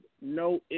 no